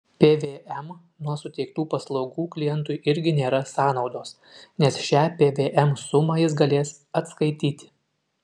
pvm nuo suteiktų paslaugų klientui irgi nėra sąnaudos nes šią pvm sumą jis galės atskaityti